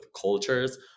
cultures